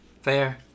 Fair